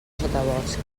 sotabosc